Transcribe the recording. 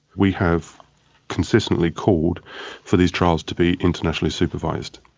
we have consistently called for these trials to be internationally supervised.